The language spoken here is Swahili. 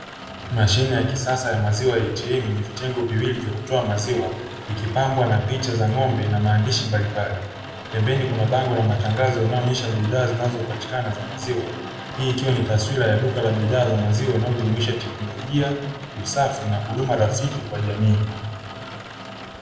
Mashine ya kisasa ya maziwa ya ATM yenye vitengo viwili vya kutoa maziwa ikipambwa na picha za ng'ombe na maandishi mbalimbali pembeni kuna bango la matangazo linaloonyesha bidhaa zinazopatikana za maziwa hii ikiwa ni taswira ya duka la vifaa vya maziwa linalojumuisha teknolojia safi na huduma rafiki kwa jamii.